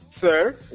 sir